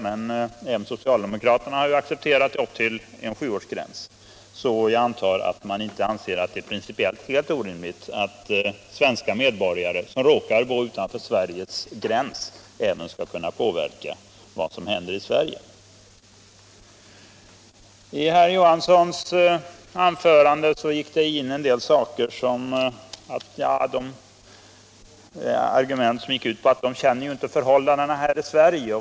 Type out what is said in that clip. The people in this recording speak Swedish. Men även socialdemokraterna har ju accepterat en gräns på sju år, så jag antar att man inte anser att det är principiellt helt orimligt att svenska medborgare som råkar bo utanför Sveriges gräns även skall kunna påverka vad som händer i Sverige. I herr Johanssons anförande fanns en del argument som gick ut på att de inte känner till förhållandena här i Sverige.